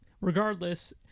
Regardless